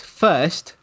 first